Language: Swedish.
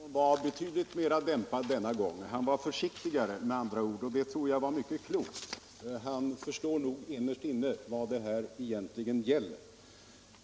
Herr talman! Herr Gahrton var betydligt mera dämpad denna gång. Han var med andra ord försiktigare, och det tror jag var mycket klokt. Innerst inne förstår han nog vad det här egentligen gäller.